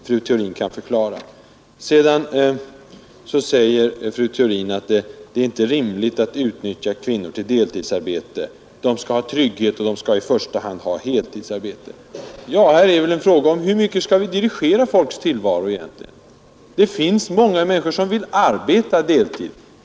Fru Theorin sade att det inte är rimligt att utnyttja kvinnor till deltidsarbete. De skall ha trygghet, och de skall i första hand ha heltidsarbete, ansåg hon. Här är det väl en fråga om hur mycket vi skall dirigera människors tillvaro. Många människor vill arbeta deltid.